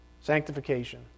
Sanctification